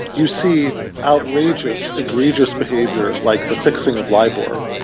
you see outrageous egregious behaviour, like the fixing of libor,